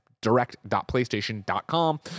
direct.playstation.com